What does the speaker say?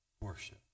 worship